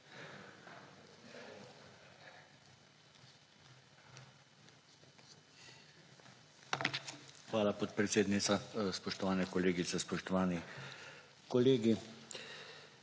Hvala, podpredsednica. Spoštovane kolegice, spoštovani kolegi!